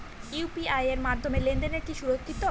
UPI এর মাধ্যমে লেনদেন কি সুরক্ষিত?